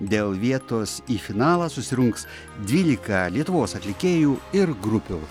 dėl vietos į finalą susirungs dvylika lietuvos atlikėjų ir grupių